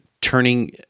turning